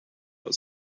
but